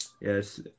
Yes